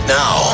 now